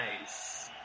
nice